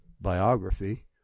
biography